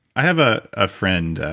i have a ah friend,